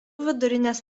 vidurinės